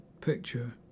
picture